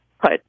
put